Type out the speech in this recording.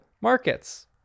Markets